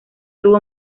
tuvo